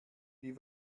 wie